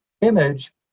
image